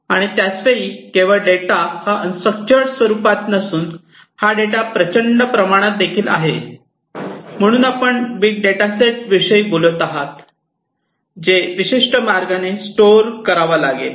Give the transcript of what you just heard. आणि त्याच वेळी केवळ डेटा हा अन स्ट्रक्चर्ड स्वरूपात नसून हा डेटा प्रचंड प्रमाणात देखील आहे म्हणून आपण बिग डेटासेटविषयी बोलत आहात जे विशिष्ट मार्गाने स्टोअर करावा लागेल